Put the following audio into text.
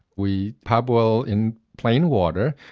we parboil in plain water,